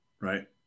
right